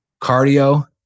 Cardio